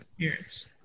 parents